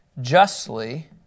justly